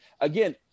again